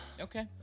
okay